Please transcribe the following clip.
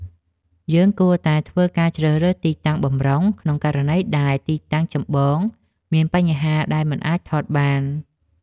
យើងគួរតែធ្វើការជ្រើសរើសទីតាំងបម្រុង ក្នុងករណីដែលទីតាំងចម្បងមានបញ្ហាដែលមិនអាចថតបាន។